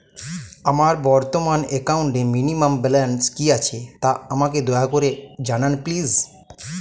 আমার বর্তমান একাউন্টে মিনিমাম ব্যালেন্স কী আছে তা আমাকে দয়া করে জানান প্লিজ